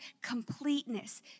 completeness